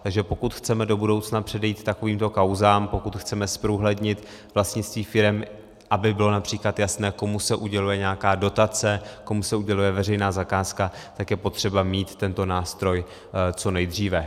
Takže pokud chceme do budoucna předejít takovýmto kauzám, pokud chceme zprůhlednit vlastnictví firem, aby bylo např. jasné, komu se uděluje nějaká dotace, komu se uděluje veřejná zakázka, tak je potřeba mít tento nástroj co nejdříve.